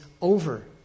over